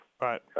Right